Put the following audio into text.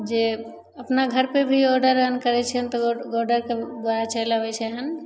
जे अपना घरपर भी ऑडर हन करै छिए हन तऽ ऑडरके द्वारा भी चकल आबै छिए हन